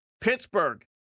Pittsburgh